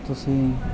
ਤੁਸੀਂ